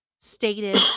stated